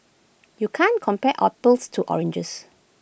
you can't compare apples to oranges